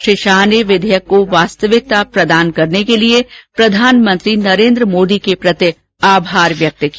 शाह ने विधेयक को वास्तविकता प्रदान करने के लिए प्रधानमंत्री नरेन्द्र मोदी के प्रति आभार व्यक्त किया